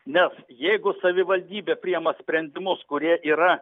nes jeigu savivaldybė priema sprendimus kurie yra